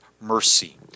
mercy